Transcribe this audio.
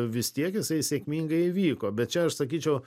vis tiek jisai sėkmingai įvyko bet čia aš sakyčiau